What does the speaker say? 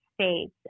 States